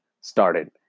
started